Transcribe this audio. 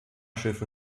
schiffe